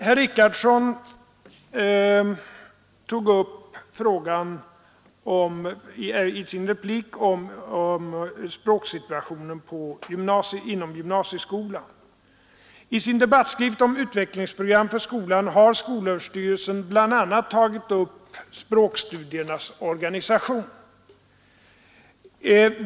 Herr Richardson tog i sin replik upp frågan om språksituationen inom gymnasieskolan. I sin debattskrift om utvecklingsprogram för skolan har skolöverstyrelsen bl.a. tagit upp språkstudiernas organisation.